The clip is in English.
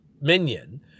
minion